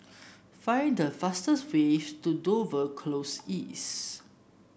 find the fastest way to Dover Close East